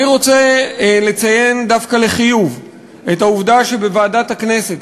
אני רוצה לציין דווקא לחיוב את העובדה שבוועדת הכנסת,